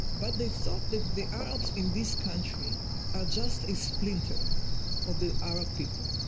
but they thought that the arabs in this country are just a splinter of the arab people,